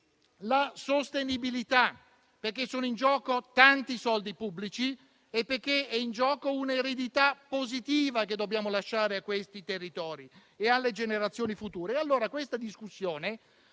la sostenibilità. Sono in gioco tanti soldi pubblici e un'eredità positiva che dobbiamo lasciare a quei territori e alle generazioni future. Questa discussione